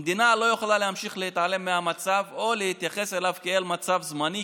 המדינה לא יכולה להמשיך להתעלם מהמצב או להתייחס אליו כאל מצב זמני,